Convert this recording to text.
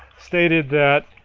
stated that